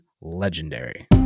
legendary